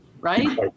right